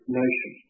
nation